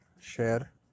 share